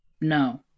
no